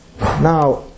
Now